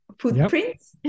footprints